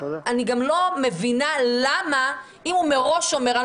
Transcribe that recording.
אני גם לא מבינה למה אם הוא מראש אומר: אני